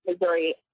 Missouri